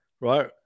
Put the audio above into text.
right